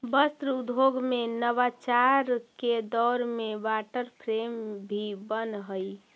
वस्त्र उद्योग में नवाचार के दौर में वाटर फ्रेम भी बनऽ हई